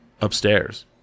upstairs